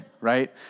right